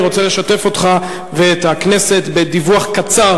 אני רוצה לשתף אותך ואת הכנסת בדיווח קצר